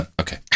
Okay